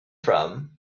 from